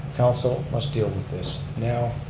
council must deal with this now,